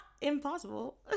impossible